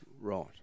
Right